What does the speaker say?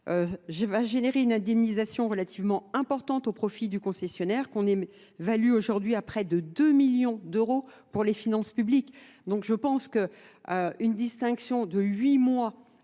va générer une indemnisation relativement importante au profit du concessionnaire qu'on est valu aujourd'hui à près de 2 millions d'euros pour les finances publiques. Donc je pense qu'une distinction de huit